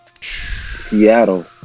Seattle